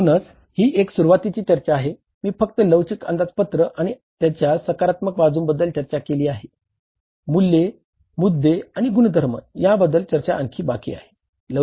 म्हणूनच ही एक सुरुवातिची चर्चा आहे मी फक्त लवचिक अंदाजपत्र आणि त्यांच्या सकारात्मक बाजूंबद्दल चर्चा केली आहे मूल्ये मुद्दे आणि गुणधर्म ह्यांबद्दल चर्चा आणखी बाकी आहे